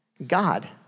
God